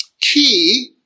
key